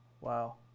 Wow